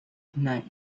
tonight